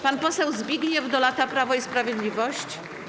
Pan poseł Zbigniew Dolata, Prawo i Sprawiedliwość.